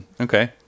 Okay